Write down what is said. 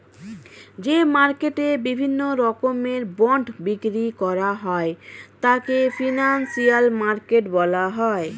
যে মার্কেটে বিভিন্ন রকমের বন্ড বিক্রি করা হয় তাকে ফিনান্সিয়াল মার্কেট বলা হয়